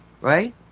right